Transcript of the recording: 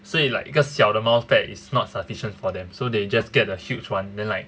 so it like 一个小的 mouse pad is not sufficient for them so they just get a huge one then like